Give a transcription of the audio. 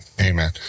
amen